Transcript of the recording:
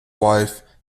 wife